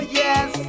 yes